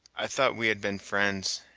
i thought we had been friends,